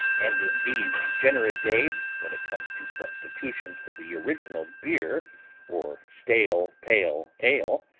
and, in these degenerate days, when it comes to substitutions for the original beer or stale pale ale,